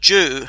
Jew